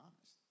honest